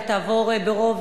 ותעבור ברוב,